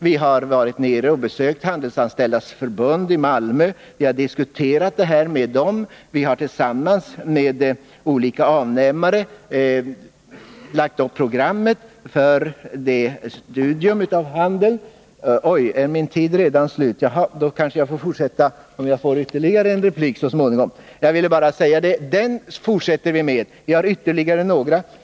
Vi har besökt Handelsanställdas förbund i Malmö och diskuterat frågorna med dem, och vi har tillsammans med olika avnämare lagt upp programmet för ett studium av utvecklingen i det här avseendet inom handeln. Vi håller på med ytterligare några studier som jag skulle vilja redogöra för, men jag ser att min taletid nu är slut.